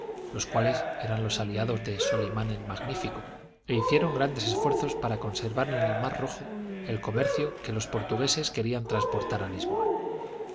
los cuales eran los aliados de solimán el magnífico e hicieron grandes esfuerzos para conservar en el mar rojo el comercio que los portugueses querían transportar a lisboa